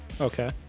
Okay